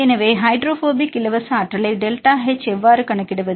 எனவே ஹைட்ரோபோபிக் இலவச ஆற்றலை டெல்டா எச் எவ்வாறு கணக்கிடுவது